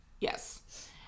Yes